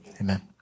amen